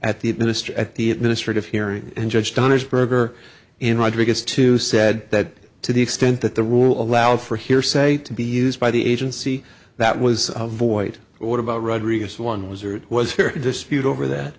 at the administer at the administrative hearing and judged on its burger in rodriguez two said that to the extent that the rule allowed for hearsay to be used by the agency that was void what about rodriguez one was or was here dispute over that